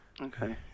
okay